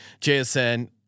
JSN